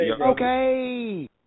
okay